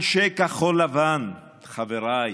אנשי כחול לבן, חבריי,